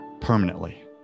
permanently